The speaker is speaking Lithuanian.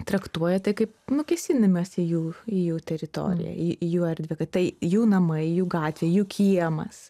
traktuoja tai kaip nu kėsinimąsi jų į jų teritoriją į jų erdvę kad tai jų namai jų gatvė jų kiemas